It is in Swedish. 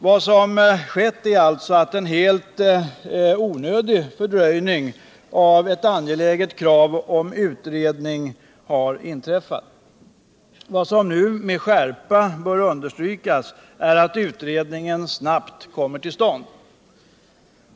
Vad som skett är alltså att en helt onödig fördröjning av ett angeläget krav på utredning har inträffat. Det bör nu med skärpa understrykas att utredningen snabbt skall komma till stånd.